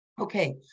Okay